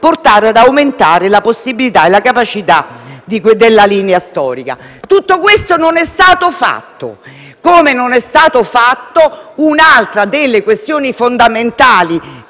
portare ad aumentare la possibilità e la capacità della linea storica esistente. Tutto questo non è stato fatto, come non è stata affrontata un'altra delle questioni fondamentali